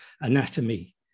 anatomy